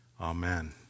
amen